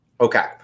Okay